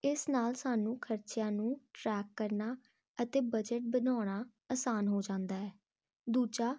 ਇਸ ਨਾਲ ਸਾਨੂੰ ਖਰਚਿਆਂ ਨੂੰ ਟਰੈਕ ਕਰਨਾ ਅਤੇ ਬਜਟ ਬਣਾਉਣਾ ਆਸਾਨ ਹੋ ਜਾਂਦਾ ਹੈ ਦੂਜਾ